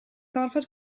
gorfod